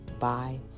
Bye